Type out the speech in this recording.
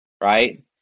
right